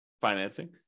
financing